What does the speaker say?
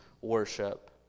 worship